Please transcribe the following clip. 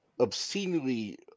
obscenely